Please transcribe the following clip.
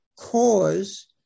cause